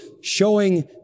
showing